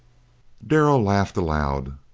darrell laughed aloud.